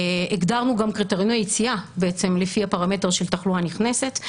הגדרנו גם קריטריוני יציאה לפי הפרמטר של תחלואה נכנסת,